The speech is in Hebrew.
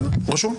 רשום.